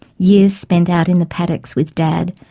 years spent out in the paddocks with dad,